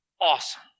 awesome